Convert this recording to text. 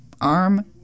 arm